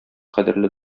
кадерле